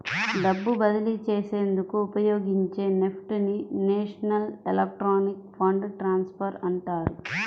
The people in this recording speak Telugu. డబ్బు బదిలీ చేసేందుకు ఉపయోగించే నెఫ్ట్ ని నేషనల్ ఎలక్ట్రానిక్ ఫండ్ ట్రాన్స్ఫర్ అంటారు